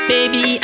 Baby